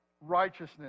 righteousness